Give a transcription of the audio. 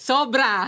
Sobra